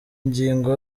ingingo